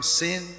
sin